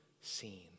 seen